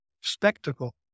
spectacle